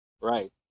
Right